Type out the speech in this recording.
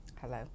Hello